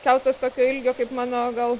kiautas tokio ilgio kaip mano gal